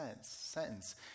sentence